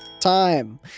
time